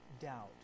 doubt